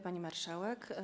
Pani Marszałek!